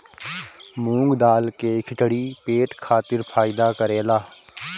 मूंग दाल के खिचड़ी पेट खातिर फायदा करेला